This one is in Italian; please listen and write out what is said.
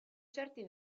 certi